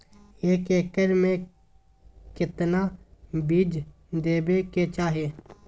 एक एकड़ मे केतना बीज देवे के चाहि?